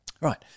Right